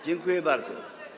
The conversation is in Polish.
Dziękuję bardzo.